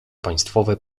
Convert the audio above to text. państwowe